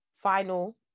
final